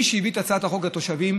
מי שהביא את הצעת החוק זה התושבים: